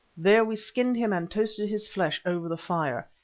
there we skinned him and toasted his flesh over the fire.